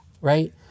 right